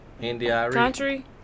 country